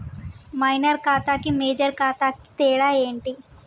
Minor ఖాతా కి major ఖాతా కి తేడా ఏంటి?